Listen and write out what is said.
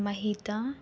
Mahitha